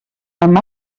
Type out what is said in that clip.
amb